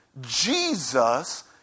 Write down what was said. Jesus